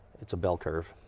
it's a bell curve.